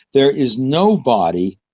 there is no body,